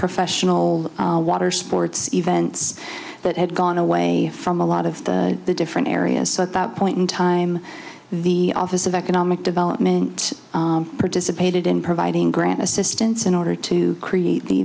professional water sports events that had gone away from a lot of the different areas so at that point in time the office of economic development participated in providing grant assistance in order to create the